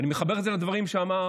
ואני מחבר את זה לדברים שאמר